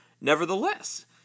Nevertheless